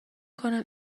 کنم